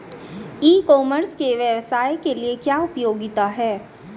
ई commerce के व्यवसाय के लिए क्या उपयोगिता है?